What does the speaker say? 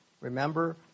Remember